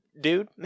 dude